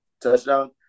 touchdown